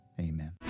Amen